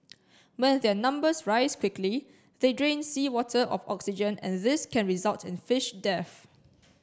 when their numbers rise quickly they drain seawater of oxygen and this can result in fish death